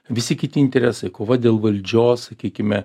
visi kiti interesai kova dėl valdžios sakykime